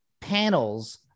panels